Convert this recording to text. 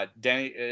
Danny